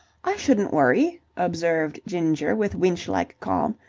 i shouldn't worry, observed ginger with winch-like calm,